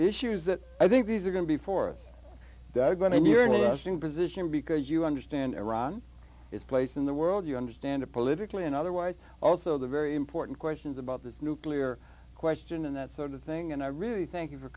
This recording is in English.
issues that i think these are going to be forth dug going and you're listening position because you understand iran is a place in the world you understand politically and otherwise also the very important questions about the nuclear question and that sort of thing and i really thank